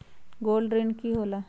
Gold ऋण की होला?